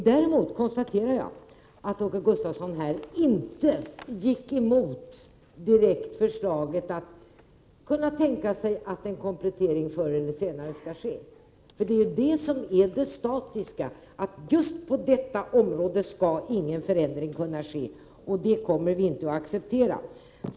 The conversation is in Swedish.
Däremot konstaterar jag att Åke Gustavsson här inte direkt tog ställning emot tanken att en komplettering förr eller senare kan ske. Det är ju det som är det statiska i den socialdemokratiska kulturpolitiken: just på detta område skall ingen förändring kunna ske. Det kommer vi inte att acceptera.